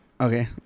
Okay